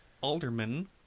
alderman